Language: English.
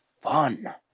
fun